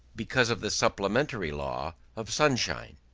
because of the supplementary law of sunshine.